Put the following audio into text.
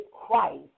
Christ